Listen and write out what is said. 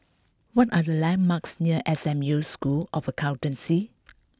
what are the landmarks near S M U School of Accountancy